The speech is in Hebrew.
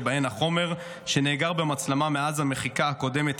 שבהן החומר שנאגר במצלמה מאז המחיקה הקודמת,